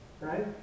right